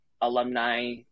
alumni